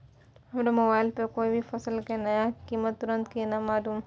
हमरा मोबाइल पर कोई भी फसल के नया कीमत तुरंत केना मालूम होते?